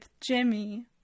Jimmy